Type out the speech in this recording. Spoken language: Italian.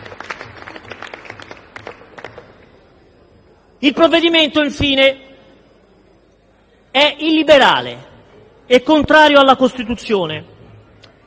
Il provvedimento, infine, è illiberale e contrario alla Costituzione.